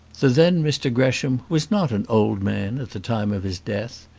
the then mr gresham was not an old man at the time of his death,